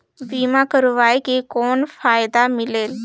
बीमा करवाय के कौन फाइदा मिलेल?